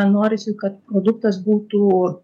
norisi kad produktas būtų